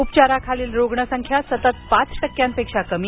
उपचाराखालील रुग्णसंख्या सतत पाच टक्क्यांपेक्षा कमी